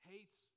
Hates